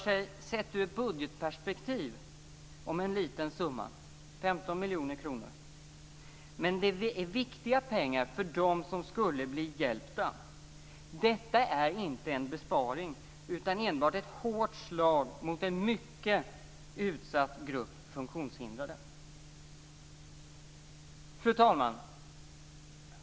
Sett ur ett budgetperspektiv rör det sig om en liten summa, 15 miljoner kronor, men det är viktiga pengar för dem som skulle bli hjälpta. Detta är inte en besparing utan enbart ett hårt slag mot en mycket utsatt grupp funktionshindrade. Fru talman!